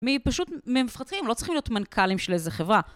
מפשוט מפתחים, הם לא צריכים להיות מנכ"לים של איזה חברה.